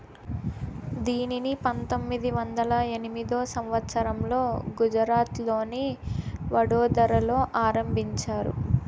దీనిని పంతొమ్మిది వందల ఎనిమిదో సంవచ్చరంలో గుజరాత్లోని వడోదరలో ఆరంభించారు